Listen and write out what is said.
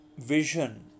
vision